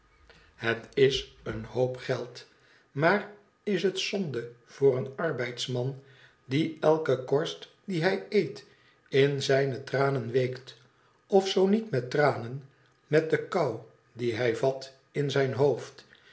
het is een hoop geld maar is het zonde voor een arbeidsraan die elke korst die hij eet in zijne tranen weekt of zoo niet met tranen met de kou die hij vat in zijn hoofd